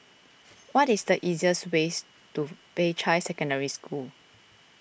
what is the easiest ways to Peicai Secondary School